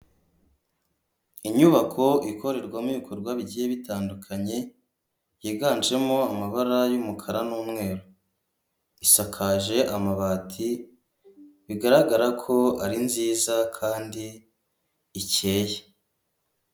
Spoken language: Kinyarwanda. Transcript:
Inyubako ikorerwamo ibikorwa bigiye bitandukanye yiganjemo amabara y'umukara n'umweru, isakaje amabati bigaragara ko ari nziza kandi ikeye.